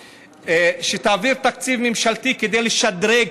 שתעביר תקציב ממשלתי כדי לשדרג,